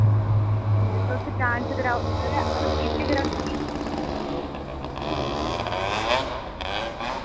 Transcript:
ठीक ऐ ते तुस डांस कराउड़यो आऊं स्किट कराउड़गी